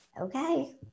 okay